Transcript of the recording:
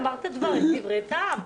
אמרת דברי טעם.